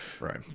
Right